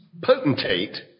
potentate